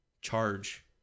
charge